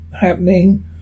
happening